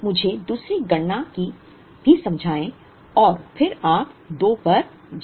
तो मुझे दूसरी गणना भी समझाएं और फिर आप 2 पर जाएँ